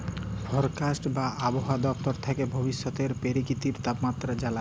forecast বা আবহাওয়া দপ্তর থ্যাকে ভবিষ্যতের পেরাকিতিক তাপমাত্রা জালায়